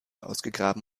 ausgegraben